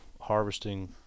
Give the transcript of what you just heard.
harvesting